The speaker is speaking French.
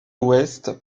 ouest